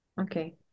Okay